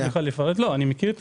לא, אני מכיר.